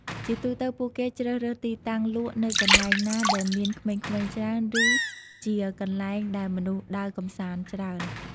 ជាទូទៅ ពួកគេជ្រើសរើសទីតាំងលក់នៅកន្លែងណាដែលមានក្មេងៗច្រើន ឬជាកន្លែងដែលមនុស្សដើរកម្សាន្តច្រើន។